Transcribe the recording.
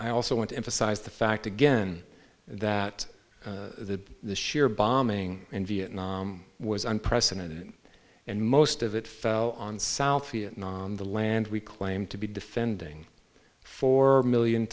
i also want to emphasize the fact again that the sheer bombing in vietnam was unprecedented and most of it fell on south vietnam the land we claim to be defending for a million